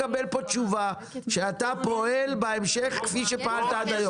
אם אתה מקבל פה תשובה שאתה פועל בהמשך כפי שפעלת עד היום.